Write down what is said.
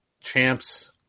champs